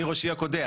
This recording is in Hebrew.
מראשי הקודח.